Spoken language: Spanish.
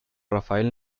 rafael